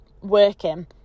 working